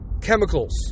chemicals